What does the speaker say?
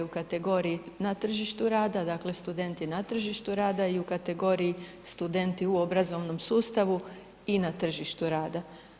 U kategoriji na tržištu rada, dakle studenti na tržištu rada i u kategoriji studenti u obrazovnom sustavi i na tržištu rada.